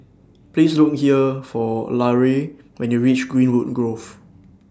Please Look here For Larae when YOU REACH Greenwood Grove